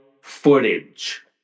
footage